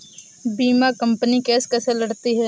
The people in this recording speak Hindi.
बीमा कंपनी केस कैसे लड़ती है?